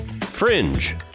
Fringe